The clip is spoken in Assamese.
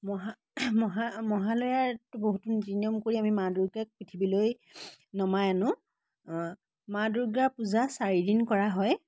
মহা মহা মহালয়াত বহুতো নীতি নিয়ম কৰি আমি মা দুৰ্গাক পৃথিৱীলৈ নমাই আনো মা দুৰ্গা পূজা চাৰিদিন কৰা হয়